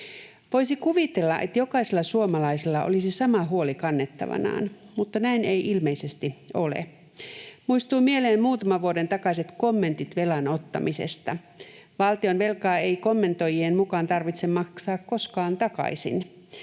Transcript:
Voisi kuvitella, että jokaisella suomalaisella olisi sama huoli kannettavanaan, mutta näin ei ilmeisesti ole. Muistuu mieleen muutaman vuoden takaiset kommentit velan ottamisesta. Valtionvelkaa ei kommentoijien mukaan tarvitse maksaa koskaan takaisin.